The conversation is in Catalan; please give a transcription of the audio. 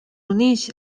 uneix